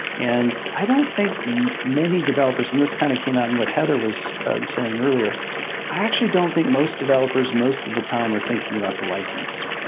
and i don't think many developers, and this kind of out and what heather was saying earlier. i actually don't think most developers most of the time are thinking about the license.